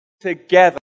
together